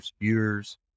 viewers